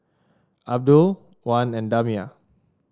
Abdul Wan and Damia